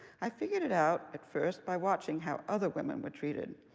i figured it out at first by watching how other women were treated.